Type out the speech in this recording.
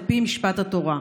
על פי משפט התורה".